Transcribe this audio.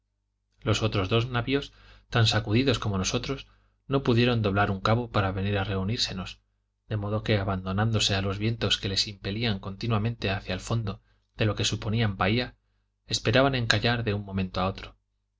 los otros dos navios tan sacudidos como nosotros no pudieron doblar un cabo para venir a reunírsenos de modo que abandonándose a los vientos que les impelían continuamente hacia el fondo de lo que suponían bahía esperaban encallar de un momento a otro